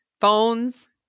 phones